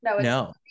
No